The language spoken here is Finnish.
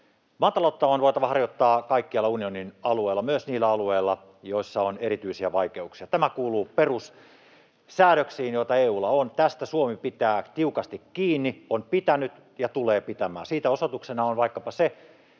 Maataloutta on voitava harjoittaa kaikkialla unionin alueella, myös niillä alueilla, joissa on erityisiä vaikeuksia. Tämä kuuluu perussäädöksiin, joita EU:lla on. Tästä Suomi pitää tiukasti kiinni, on pitänyt ja tulee pitämään. Siitä osoituksena on vaikkapa se,